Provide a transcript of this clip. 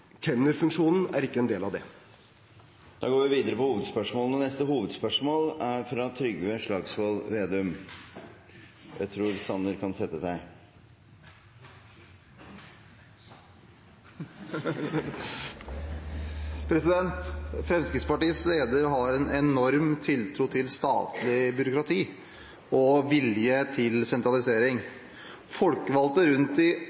er ikke en del av det. Vi går til neste hovedspørsmål – presidenten tror statsråd Sanner kan sette seg. Fremskrittspartiets leder har en enorm tiltro til statlig byråkrati og vilje til sentralisering. Folkevalgte rundt